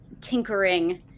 tinkering